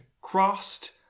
crossed